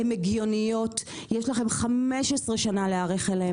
הן הגיוניות ויש לכם 15 שנים להיערך אליהן.